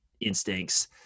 instincts